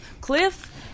Cliff